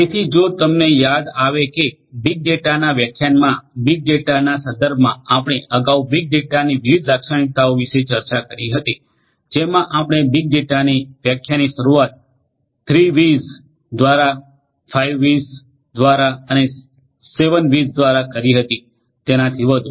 તેથી જો તમને યાદ આવે કે બીગ ડેટાના વ્યાખ્યાનમાં બીગ ડેટાના સંદર્ભમાં આપણે અગાઉ બીગ ડેટાની વિવિધ લાક્ષણિકતાઓ વિશે ચર્ચા કરી હતી જેમા આપણે બીગ ડેટાની વ્યાખ્યાની શરૂઆત 3 V'sત્રણ વિસ દ્વારા 5 V'sપાંચ વિસ દ્વારા અને 7 V'sસાત વિસ દ્વારા કરી હતી અને તેનાથી વધુ